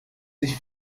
sich